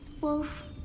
Wolf